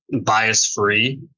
bias-free